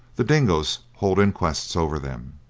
the dingoes hold inquests over them,